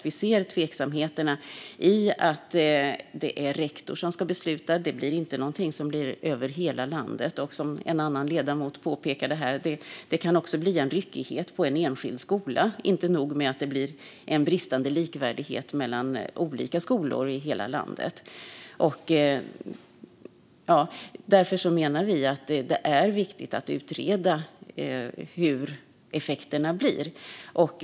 Vi ser tveksamheter i att det är rektor som ska besluta. Förutom att det blir en bristande likvärdighet mellan olika skolor i landet kan det, som en annan ledamot påpekade, också bli en ryckighet på en enskild skola. Därför menar vi att det är viktigt att utreda hur effekterna blir.